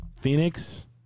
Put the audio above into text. Phoenix